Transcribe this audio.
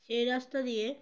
সেই রাস্তা দিয়ে